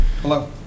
Hello